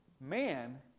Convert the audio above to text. Man